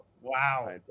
Wow